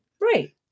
Right